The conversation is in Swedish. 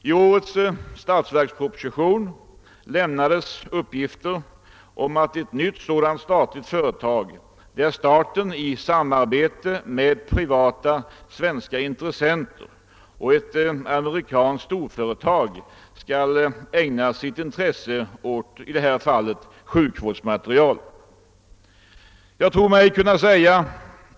I årets statsverksproposition lämnades uppgifter om ett nytt sådant statligt företag. I detta fall skulle staten i samarbete med privata svenska intressenter och ett amerikanskt storföretag ägna sig åt sjukvårdsmateriel.